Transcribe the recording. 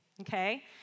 Okay